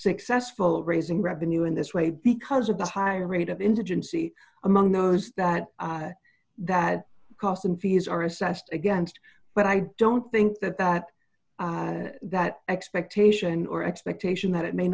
successful raising revenue in this way because of the high rate of indigency among those that that cost and fees are assessed against but i don't think that that that expectation or expectation that it may